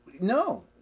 No